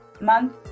month